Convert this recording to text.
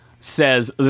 says